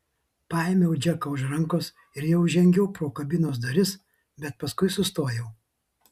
paėmiau džeką už rankos ir jau žengiau pro kabinos duris bet paskui sustojau